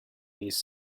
these